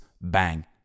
bang